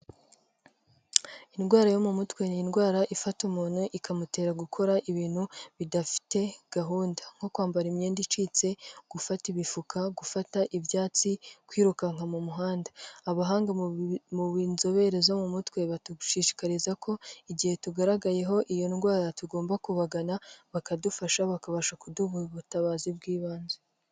Indwara yo mu mutwe ni indwara ifata umuntu ikamutera gukora ibintu bidafite gahunda. nko kwambara imyenda icitse, gufata imifuka ,gufata ibyatsi, kwirukanka mu muhanda abahanga mu by 'inzobere zo mu mutwe badushishikariza ko igihe tugaragayeho iyo ndwara tugomba kubagana bakadufasha bakabasha kuduha ubutabazi bw'ibanze.